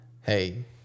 Hey